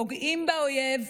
פוגעים באויב,